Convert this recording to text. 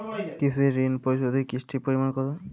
কৃষি ঋণ পরিশোধের কিস্তির পরিমাণ কতো?